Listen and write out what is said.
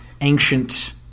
ancient